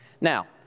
Now